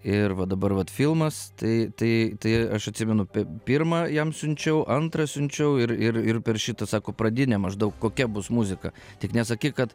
ir va dabar vat filmas tai tai tai aš atsimenu pirmą jam siunčiau antrą siunčiau ir ir ir per šitą sako pradinė maždaug kokia bus muzika tik nesakyk kad